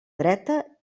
dreta